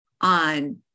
On